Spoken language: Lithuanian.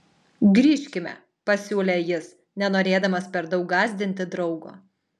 grįžkime pasiūlė jis nenorėdamas per daug gąsdinti draugo